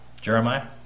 Jeremiah